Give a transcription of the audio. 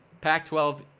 Pac-12